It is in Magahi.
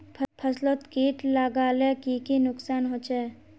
फसलोत किट लगाले की की नुकसान होचए?